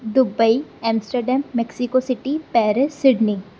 Dubai Amsterdam Mexico city Paris Sydney